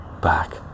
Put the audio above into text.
back